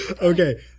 Okay